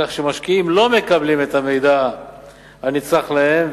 כך שמשקיעים לא מקבלים את המידע הנצרך להם,